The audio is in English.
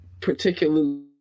particularly